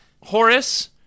Horace